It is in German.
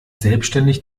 selbstständig